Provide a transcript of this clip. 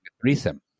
threesome